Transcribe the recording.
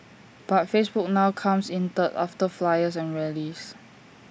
but Facebook now comes in third after flyers and rallies